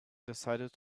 decided